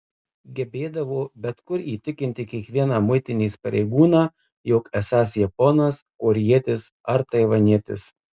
gebėdavo bet kur įtikinti kiekvieną muitinės pareigūną jog esąs japonas korėjietis ar taivanietis